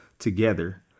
Together